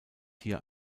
hier